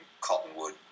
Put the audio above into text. Cottonwood